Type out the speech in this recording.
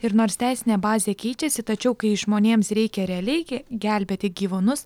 ir nors teisinė bazė keičiasi tačiau kai žmonėms reikia realiai ke gelbėti gyvūnus